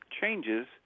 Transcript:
changes